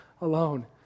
alone